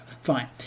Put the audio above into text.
Fine